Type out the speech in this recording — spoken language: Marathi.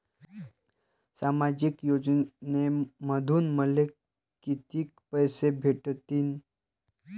सामाजिक योजनेमंधून मले कितीक पैसे भेटतीनं?